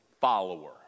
follower